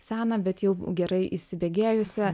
seną bet jau gerai įsibėgėjusią